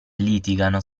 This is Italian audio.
litigano